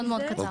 מאוד מאוד קצר.